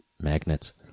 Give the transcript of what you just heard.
magnets